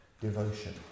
devotion